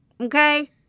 Okay